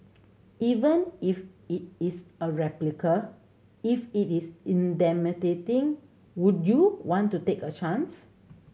even if it is a replica if it is would you want to take a chance